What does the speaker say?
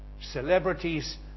Celebrities